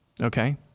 okay